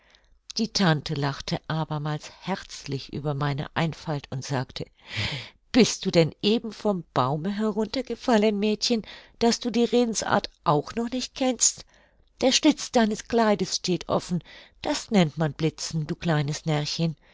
die tante lachte abermals herzlich über meine einfalt und sagte bist du denn eben vom baume herunter gefallen mädchen daß du die redensart auch noch nicht kennst der schlitz deines kleides steht offen das nennt man blitzen du kleines